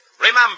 Remember